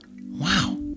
wow